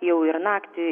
jau ir naktį